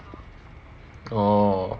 orh